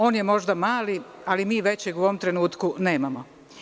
On je možda mali, ali mi većeg u ovom trenutku nemamo.